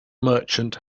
merchant